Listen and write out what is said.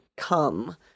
come